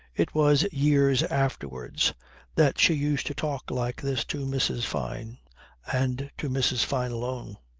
it was years afterwards that she used to talk like this to mrs. fyne and to mrs. fyne alone.